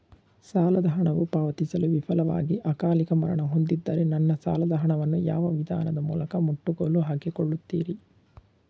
ಸಾಲದ ಹಣವು ಪಾವತಿಸಲು ವಿಫಲವಾಗಿ ಅಕಾಲಿಕ ಮರಣ ಹೊಂದಿದ್ದರೆ ನನ್ನ ಸಾಲದ ಹಣವನ್ನು ಯಾವ ವಿಧಾನದ ಮೂಲಕ ಮುಟ್ಟುಗೋಲು ಹಾಕಿಕೊಳ್ಳುತೀರಿ?